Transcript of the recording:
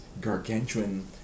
gargantuan